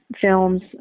films